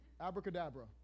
abracadabra